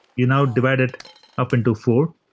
you now divide it up into four,